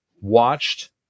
watched